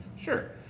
Sure